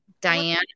Diane